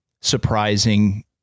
surprising